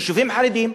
יש יישובים חרדיים.